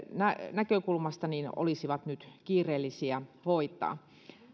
näkökulmasta olisi nyt kiireellistä hoitaa